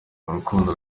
urukundo